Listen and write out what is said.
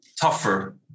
tougher